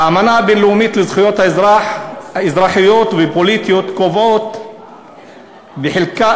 האמנה הבין-לאומית לזכויות האזרח האזרחיות והפוליטיות קובעת בחלק